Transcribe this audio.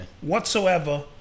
whatsoever